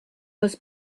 was